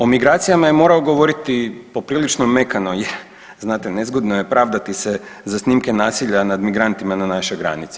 O migracijama je morao govoriti poprilično mekano jer znate nezgodno je pravdati se za snimke nasilja nad migrantima na našoj granici.